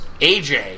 AJ